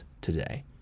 today